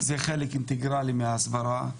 זה חלק אינטגרלי מההסברה.